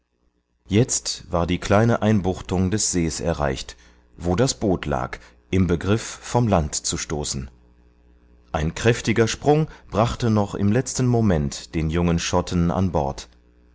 jetzt war die kleine einbuchtung des sees erreicht wo das boot lag im begriff vom land zu stoßen ein kräftiger sprung brachte noch im letzten moment den jungen schotten an bord